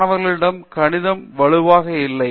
மாணவர்களிடம் கணிதம் வலுவாக இல்லை